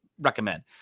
recommend